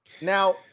now